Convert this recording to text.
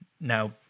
Now